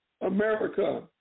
America